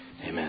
Amen